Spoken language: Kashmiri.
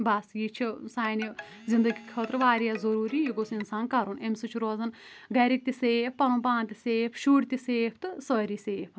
بَس یہِ چُھ سانہِ زِنٛدگی خٲطرٕ واریاہ ضوروٗری یہِ گوٚژھ اِنسان کَرُن امہِ سۭتۍ چھُ روزان گَرِکۍ تہِ سیف پَنُن پان تہِ سیف شُرۍ تہِ سیف تہٕ سٲری سیف